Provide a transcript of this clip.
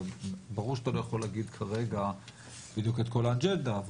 וברור שאתה לא יכול כרגע להגיד כרגע את כל האג'נדה,